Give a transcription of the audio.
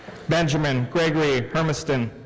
benjamin gregory hermiston.